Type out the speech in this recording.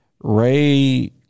Ray